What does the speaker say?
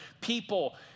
people